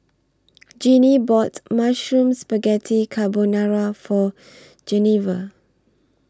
Jeannie bought Mushroom Spaghetti Carbonara For Genevra